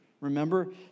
remember